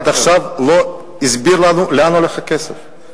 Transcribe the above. עד עכשיו לא הוסבר לנו לאן הולך הכסף,